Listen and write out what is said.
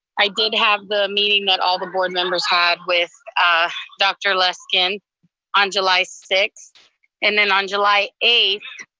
i did have the meeting that all the board members had with dr. luskin on july sixth and then on july eighth,